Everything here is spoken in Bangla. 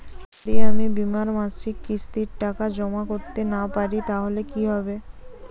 যদি আমি বীমার মাসিক কিস্তির টাকা জমা করতে না পারি তাহলে কি হবে?